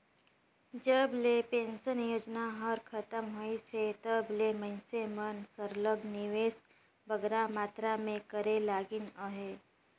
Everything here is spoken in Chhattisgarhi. जब ले पेंसन योजना हर खतम होइस हे तब ले मइनसे मन सरलग निवेस बगरा मातरा में करे लगिन अहे